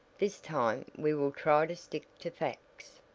this time we will try to stick to facts.